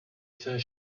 saint